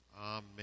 Amen